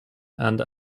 and